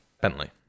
Bentley